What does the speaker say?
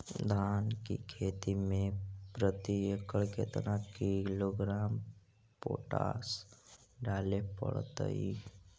धान की खेती में प्रति एकड़ केतना किलोग्राम पोटास डाले पड़तई?